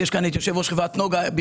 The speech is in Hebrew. נמצא כאן יושב-ראש חברת נגה.